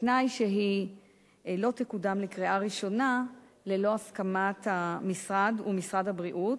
בתנאי שהיא לא תקודם לקריאה ראשונה ללא הסכמת המשרד ומשרד הבריאות,